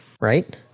right